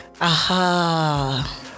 aha